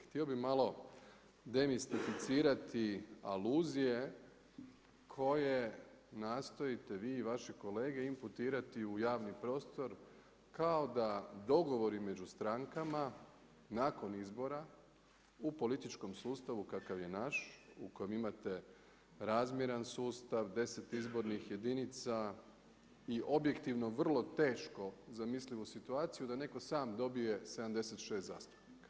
Htio bi malo, demistificirati aluzije koje nastojite vi i vaše kolege imputirati u javni prostor, kao da dogovori među strankama, nakon izbora u političkom sustavu, kakav je naš u kojem imate, razmjeran sustav, deset izbornih jedinica i objektivno vrlo tešku zamislivu situaciju, da netko sam dobije 76 zastupnika.